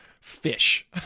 fish